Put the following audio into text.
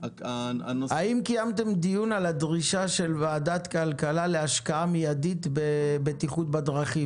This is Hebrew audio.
האם קיימתם דיון על הדרישה של ועדת כלכלה להשקעה מידית בבטיחות בדרכים,